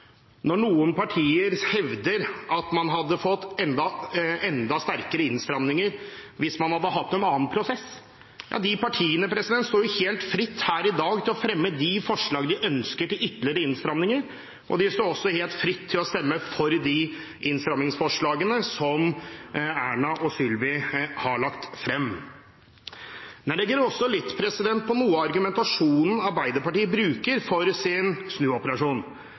Noen partier hevder at man hadde fått enda sterkere innstramninger hvis man hadde hatt en annen prosess. Ja, de partiene står jo helt fritt her i dag til å fremme de forslag de ønsker til ytterligere innstramninger, og de står også helt fritt til å stemme for de innstramningsforslagene som Erna og Sylvi har lagt frem. Så litt til noe av argumentasjonen Arbeiderpartiet bruker for sin snuoperasjon.